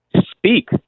speak